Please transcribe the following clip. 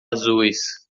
azuis